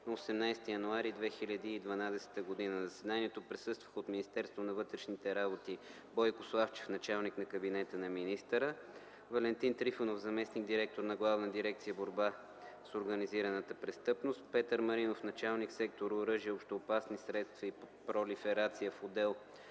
на 18 януари 2012 г. На заседанието присъстваха: от Министерството на вътрешните работи – Бойко Славчев, началник на кабинета на министъра; Валентин Трифонов – заместник-директор на Главна дирекция „Борба с организираната престъпност”; Петър Маринов – началник сектор „Оръжия, общоопасни средства и полиферация” в отдел